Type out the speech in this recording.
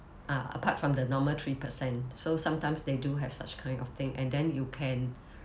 ah apart from the normal three percent so sometimes they do have such kind of thing and then you can